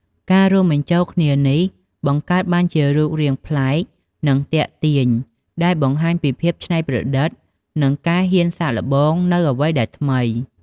ការរួមបញ្ចូលគ្នានេះបង្កើតបានជារូបរាងប្លែក និងទាក់ទាញដែលបង្ហាញពីភាពច្នៃប្រឌិត និងការហ៊ានសាកល្បងនូវអ្វីដែលថ្មី។